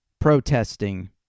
protesting